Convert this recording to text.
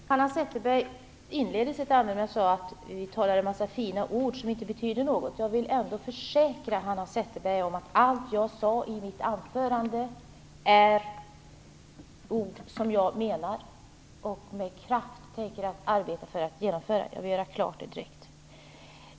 Fru talman! Hanna Zetterberg inledde sitt anförande med att säga att vi säger en massa fina ord som inte betyder något. Jag vill ändå försäkra Hanna Zetterberg om att allt jag sade i mitt anförande är ord som jag menar, och jag tänker med kraft arbeta för genomföra detta. Jag vill göra det helt klart.